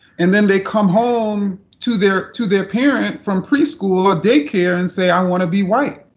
and then they come home to their to their parent from preschool or day care and say i want to be white.